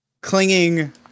clinging